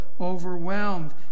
overwhelmed